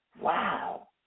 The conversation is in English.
Wow